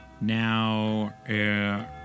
Now